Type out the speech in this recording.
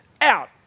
out